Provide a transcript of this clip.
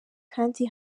kandi